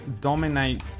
dominate